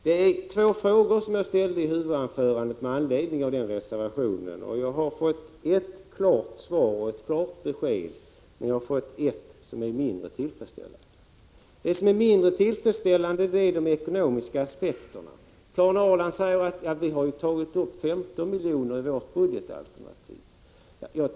Jag ställde två frågor i mitt huvudanförande med anledning av denna reservation. Jag har fått ett klart svar på den ena frågan, men ett på den andra mindre tillfredsställande svar. Det som är mindre tillfredsställande gäller de ekonomiska aspekterna. Karin Ahrland säger att man har tagit upp 15 milj.kr. i sitt budgetalternativ.